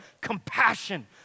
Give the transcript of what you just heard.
compassion